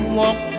walk